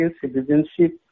citizenship